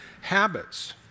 habits